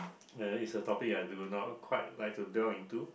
it's a topic I do not quite like to dwell into